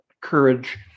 courage